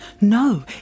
No